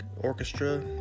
Orchestra